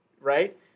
right